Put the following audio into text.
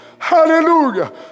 Hallelujah